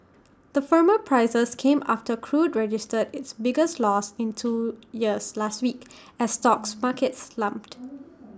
the firmer prices came after crude registered its biggest loss in two years last week as stock markets slumped